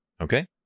okay